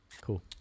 Cool